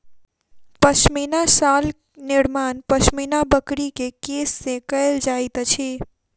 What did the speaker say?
पश्मीना शाल निर्माण पश्मीना बकरी के केश से कयल जाइत अछि